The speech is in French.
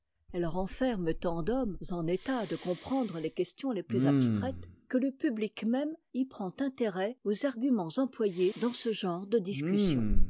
elle renferme tant d'hommes en état de comprendre les questions les'plus abstraites que le pubiicmême y prend intérêt aux arguments employés dans ce genre de discussions